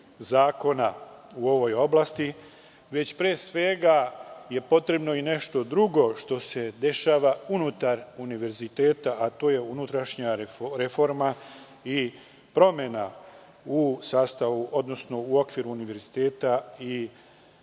zakona u ovoj oblasti, već pre svega je potrebno i nešto drugo, što se dešava unutar univerziteta, a to je unutrašnja reforma i promena u sastavu odnosno u okviru univerziteta i